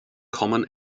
common